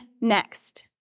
next